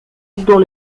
dans